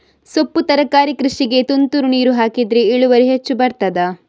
ಸೊಪ್ಪು ತರಕಾರಿ ಕೃಷಿಗೆ ತುಂತುರು ನೀರು ಹಾಕಿದ್ರೆ ಇಳುವರಿ ಹೆಚ್ಚು ಬರ್ತದ?